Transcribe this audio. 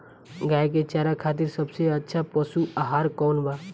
गाय के चारा खातिर सबसे अच्छा पशु आहार कौन बा?